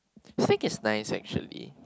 steak is nice actually